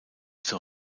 zur